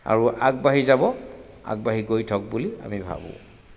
আৰু আগবাঢ়ি যাব আগবাঢ়ি গৈ থাকক বুলি আমি ভাবোঁ